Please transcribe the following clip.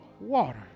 water